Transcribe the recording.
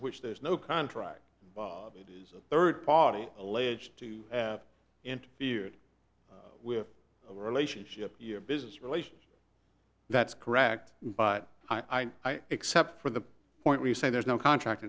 which there's no contract it is a third party alleged to have interfered with the relationship your business relationship that's correct but i except for the point where you say there's no contract